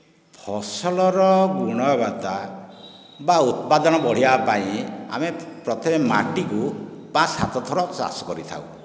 ଫସଲର ଗୁଣବତ୍ତା ବା ଉତ୍ପାଦନ ବଢ଼ାଇବା ପାଇଁ ଆମେ ପ୍ରଥମେ ମାଟିକୁ ବା ସାତ ଥର ଚାଷ କରିଥାଉ